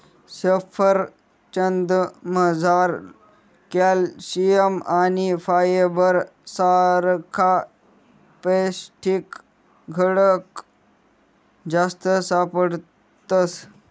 सफरचंदमझार कॅल्शियम आणि फायबर सारखा पौष्टिक घटक जास्त सापडतस